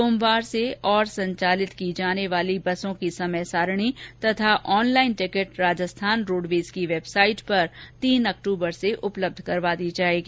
सोमवार से और संचालित की जाने वाली बसों की समय सारिणी तथा ऑनलाईन टिकिट राजस्थान रोडवेज की वेबसाईट पर तीन अक्टूबर से उपलब्ध करवा दी जायेगी